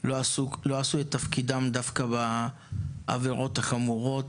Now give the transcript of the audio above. לא עשו את תפקידם דווקא בעבירות החמורות